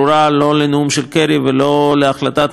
של קרי ולא להחלטת מועצת הביטחון.